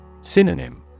Synonym